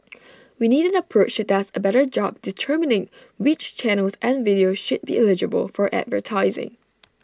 we need an approach that does A better job determining which channels and videos should be eligible for advertising